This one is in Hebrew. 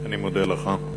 אני מודה לך.